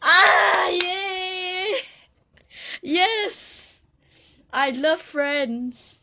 ah !yay! yes I love friends